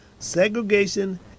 segregation